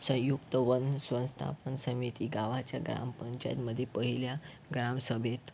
संयुक्त वन संस्थापन समिती गावाच्या ग्रामपंचायतमध्ये पहिल्या ग्रामसभेत